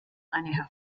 eine